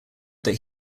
that